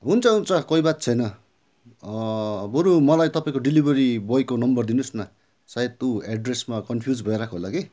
हुन्छ हुन्छ कोही बात छैन बरु मलाई तपाईँको डेलिभरी बोईको नम्बर दिनुहोस् न सायद ऊ एड्रेसमा कन्फ्युज भइरहेको होला कि